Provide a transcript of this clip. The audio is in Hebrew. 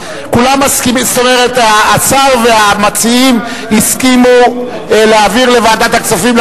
השר והמציעים הסכימו להעביר לוועדת הכספים,